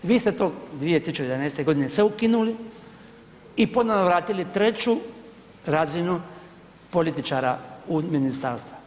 Vi ste to 2011. godine sve ukinuli i ponovo vratili 3 razinu političara u ministarstva.